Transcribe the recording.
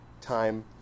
time